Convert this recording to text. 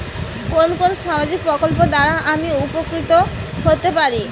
কোন কোন সামাজিক প্রকল্প দ্বারা আমি উপকৃত হতে পারি?